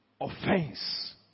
offense